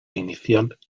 inicial